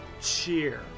cheer